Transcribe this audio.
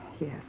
Yes